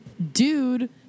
dude